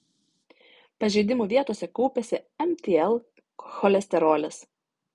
pažeidimų vietose kaupiasi mtl cholesterolis